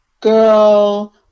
girl